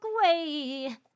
away